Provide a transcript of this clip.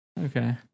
Okay